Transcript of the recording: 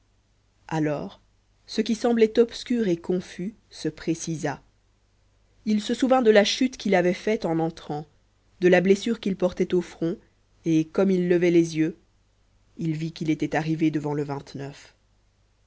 alors ce qui semblait obscur et confus se précisa il se souvint de la chute qu'il avait faite en entrant de la blessure qu'il portait au front et comme il levait les yeux il vit qu'il était arrivé devant le